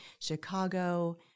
Chicago